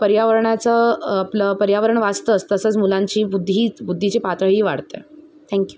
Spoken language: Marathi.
पर पर्यावरणाचं आपलं पर्यावरण वाचतंच तसंच मुलांची बुद्धी बुद्धीची पातळीही वाढतंय थँक यू